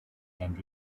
and